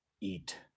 eat